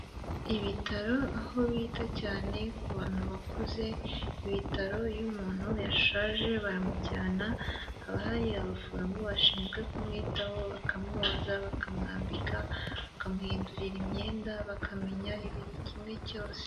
Ibitaro aho bita cyane ku bantu bakuze, ibitaro iyo umuntu yashaje baramujyana haba hari abaforomo bashinzwe kumwitaho, bakamwoza, bakamwambika, bakamuhindurira imyenda, bakamenya buri kimwe cyose.